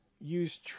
use